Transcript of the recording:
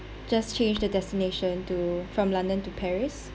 just change the destination to from london to paris